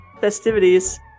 festivities